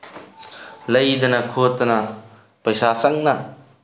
ꯂꯩꯗꯅ ꯈꯣꯠꯇꯅ ꯄꯩꯁꯥ ꯆꯪꯅ